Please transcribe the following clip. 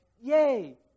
yay